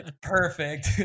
Perfect